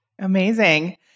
Amazing